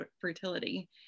fertility